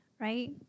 Right